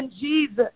Jesus